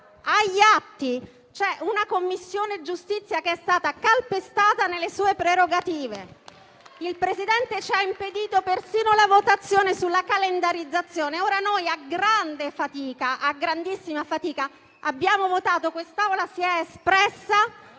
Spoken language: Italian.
agli atti c'è una Commissione giustizia che è stata calpestata nelle sue prerogative. Il Presidente ci ha impedito persino la votazione sulla calendarizzazione. Ora noi a grandissima fatica abbiamo votato. L'Assemblea si è espressa